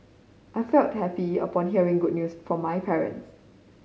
I felt happy upon hearing good news from my parents